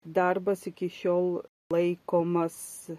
darbas iki šiol laikomas